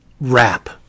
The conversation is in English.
wrap